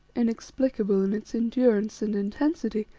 inexplicable in its endurance and intensity,